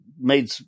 made